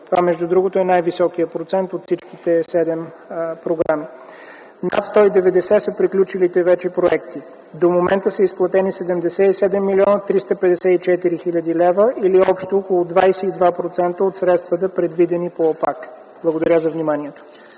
Това е най-високия процент от всичките седем програми. Над 190 са приключилите вече проекти. До момента са изплатени 77 млн. 354 хил. лв. или общо около 22% от средствата предвидени по ОПАК. Благодаря за вниманието.